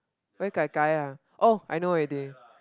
went Gai Gai ah oh I know already